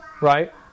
right